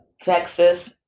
Texas